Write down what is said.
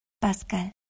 Pascal